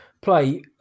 play